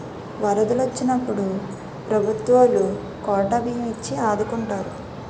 వరదలు వొచ్చినప్పుడు ప్రభుత్వవోలు కోటా బియ్యం ఇచ్చి ఆదుకుంటారు